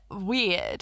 weird